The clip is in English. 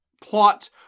plot